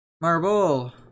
Marble